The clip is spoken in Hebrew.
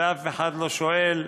ואף אחד לא שואל,